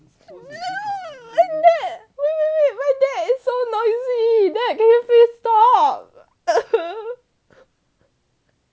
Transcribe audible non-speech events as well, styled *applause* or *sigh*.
*noise* my dad wait wait wait my dad he's so noisy dad can you please stop *noise*